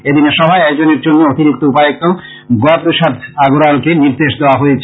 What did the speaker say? এদিনের সভা আয়োজনের জন্য অতিরিক্ত উপায়ুক্ত গয়াপ্রসাদ আগরওয়ালকে নির্দেশ দেওয়া হয়েছে